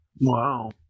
Wow